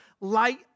light